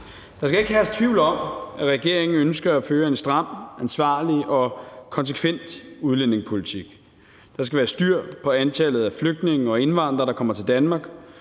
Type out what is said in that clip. Der skal ikke herske tvivl om, at regeringen ønsker at føre en stram, ansvarlig og konsekvent udlændingepolitik. Der skal være styr på antallet af flygtninge og indvandrere, der kommer til Danmark,